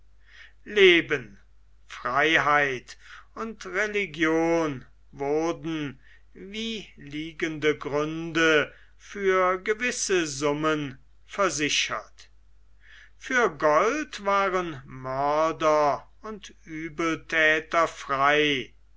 leben freiheit und religion wurden wie liegende gründe für gewisse summen versichert für gold waren mörder und uebelthäter frei